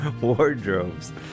wardrobes